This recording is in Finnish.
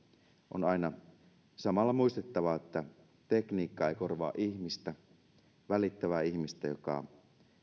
on aina samalla muistettava että tekniikka ei korvaa ihmistä välittävää ihmistä joka